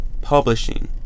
publishing